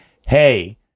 hey